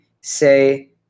say